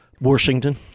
Washington